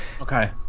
Okay